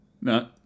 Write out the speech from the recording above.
No